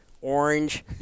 orange